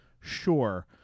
Sure